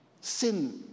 sin